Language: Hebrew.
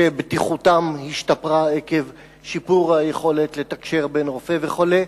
שבטיחותם השתפרה עקב שיפור היכולת לתקשר בין רופא וחולה,